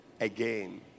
again